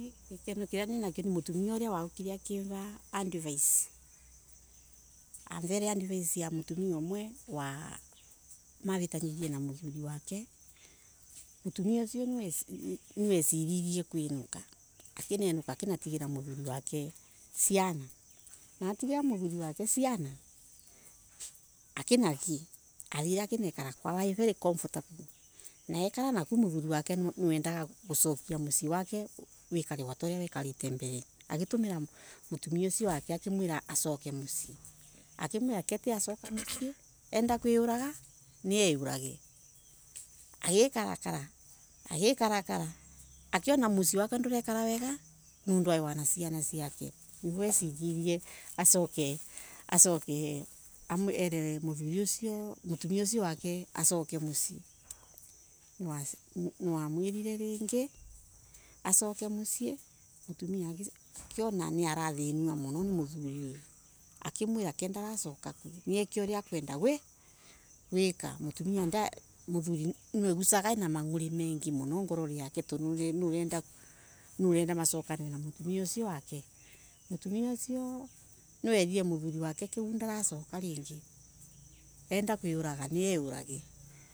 Kinda kiria ninakio ni mutumia uria waokile akiva advice avele advice ya mutumia umwe mavetanirie na muthuri wake, mutumia ucio niwaisililie kwinuka akenenuka akinatagira muthuuri wake ciana na atigira muthuri wake ciana akinathie akenakara kwao e very comfortable nake muthuri na wendaga kuciokia mucii wake wekare ta uriawekarete mbele akira mutumia wake acioke mucii akimwira ke ti acioka mucii enda kwi oraga niorage agekara kara akeona mucii wake ndura ikara wega nundu inaw a ciana ciake riu aseririe asoke ere muthuri usio mutumia wake asoke mucii niwamwirire ringi asoke mucii, mutumia niwonire niurathinua muno ni muthuri wake akemwira niece uria arenda gwika muthuri niwegusaga ena mangure mengi muno ngorori yake tondu ni urenda masokane na mutumia usio wake. Mutumia usio niwerire muthuri wake kuo ndagasoka ringi enda kwi oraga nie urage.